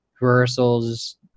rehearsals